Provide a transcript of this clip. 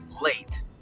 late